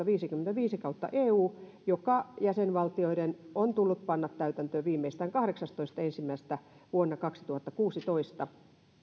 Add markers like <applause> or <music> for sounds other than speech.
<unintelligible> viisikymmentäviisi eu joka jäsenvaltioiden on tullut panna täytäntöön viimeistään kahdeksastoista ensimmäistä kaksituhattakuusitoista